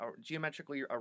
geometrically